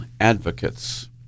Advocates